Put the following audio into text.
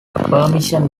permission